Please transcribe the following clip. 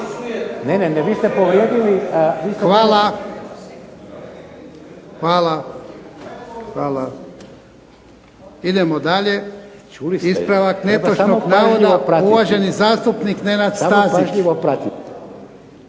u glas, ne razumije se./… Hvala. Hvala. Idemo dalje. Ispravak netočnog navoda, uvaženi zastupnik Nenad Stazić.